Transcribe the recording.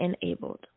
enabled